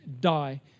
die